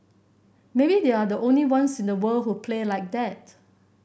maybe they're the only ones in the world who play like that